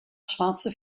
schwarze